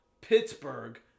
Pittsburgh